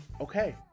Okay